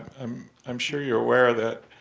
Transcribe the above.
um i'm sure you're aware that